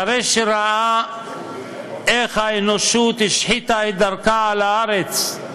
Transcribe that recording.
אחרי שראה איך האנושות השחיתה את דרכה על הארץ,